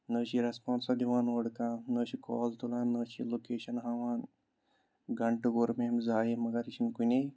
نہ چھِ یہِ رٮ۪سپانسا دِوان اوٚڑ کانٛہہ نہ چھِ کال تُلان نہ چھِ یہِ لوکیشَن ہاوان گَنٹہٕ کوٚر مےٚ أمِس زایہِ مگر یہِ چھِنہٕ کُنے